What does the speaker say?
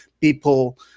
people